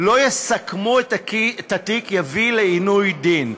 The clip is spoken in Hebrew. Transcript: לא יסכמו את התיק, יביא לעינוי דין.